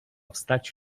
wstać